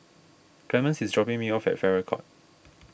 Clemence is dropping me off at Farrer Court